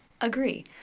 Agree